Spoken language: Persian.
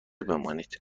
بمانید